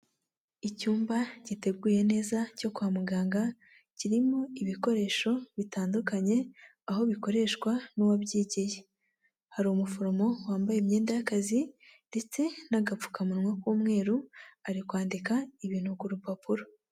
Icyumba giteguye neza cyo kwa muganga kirimo ibikoresho bitandukanye aho bikoreshwa n'uwabyigiye, hari umuforomo wambaye imyenda y'akazi ndetse n'agapfukamunwa k'umweru ari kwandika ibintu ku rupapuro.